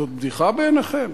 זאת בדיחה בעיניכם?